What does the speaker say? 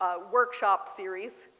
ah workshop series.